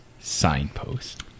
Signpost